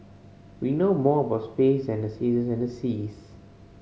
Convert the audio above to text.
we know more about space than the seasons and the seas